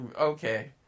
Okay